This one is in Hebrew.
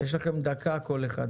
יש לכם דקה כל אחד,